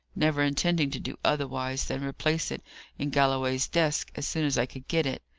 never intending to do otherwise than replace it in galloway's desk as soon as i could get it.